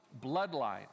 bloodline